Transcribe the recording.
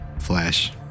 Flash